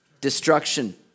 Destruction